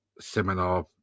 seminar